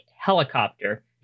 helicopter